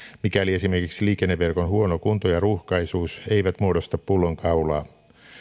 mikäli esimerkiksi liikenneverkon huono kunto ja ruuhkaisuus eivät muodosta pullonkaulaa